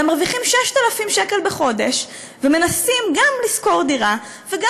אלא מרוויחים 6,000 שקל בחודש ומנסים גם לשכור דירה וגם,